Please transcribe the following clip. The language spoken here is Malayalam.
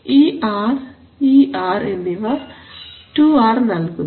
ഈ ആർ ഈ ആർ എന്നിവ ടുആർ നൽകുന്നു